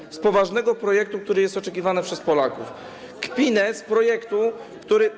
kpinę z poważnego projektu, który jest oczekiwany przez Polaków, kpinę z projektu, który.